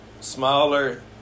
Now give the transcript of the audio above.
smaller